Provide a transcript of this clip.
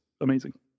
amazing